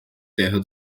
terra